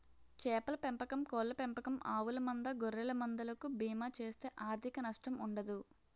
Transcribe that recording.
చేపల పెంపకం కోళ్ళ పెంపకం ఆవుల మంద గొర్రెల మంద లకు బీమా చేస్తే ఆర్ధిక నష్టం ఉండదు